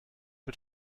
mit